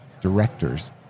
directors